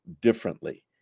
differently